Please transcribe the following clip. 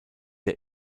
der